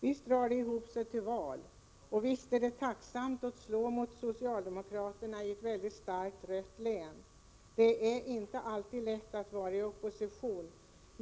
Visst drar det ihop sig till val, och visst är det tacksamt att slå mot socialdemokraterna i ett starkt rött län. Det är inte alltid lätt att vara i opposition.